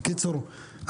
בקיצור,